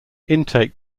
intake